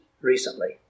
recently